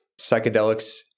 psychedelics